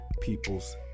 people's